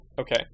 Okay